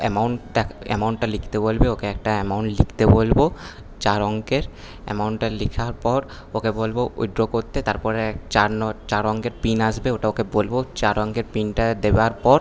amount অ্যামাউন্টটা লিখতে বলবে ওকে একটা অ্যামাউন্ট লিখতে বলবো চার অংকের অ্যামাউন্টটা লিখার পর ওকে বলবো উইড্র করতে তারপরে চার চার অংকের পিন আসবে ওটা ওকে বলবো চার অংকের পিনটা দেবার পর